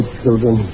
children